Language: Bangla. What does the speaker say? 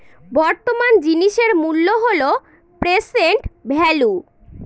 বর্তমান জিনিসের মূল্য হল প্রেসেন্ট ভেল্যু